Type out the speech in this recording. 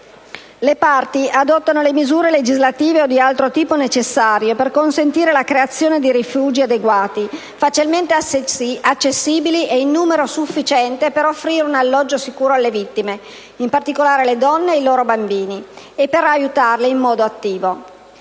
le parti adottano le misure legislative o di altro tipo necessarie per consentire la creazione di rifugi adeguati facilmente accessibili e in numero sufficiente per offrire un alloggio sicuro alle vittime, in particolare alle donne e ai loro bambini, e per aiutarle in modo attivo.